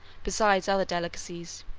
besides other delicacies,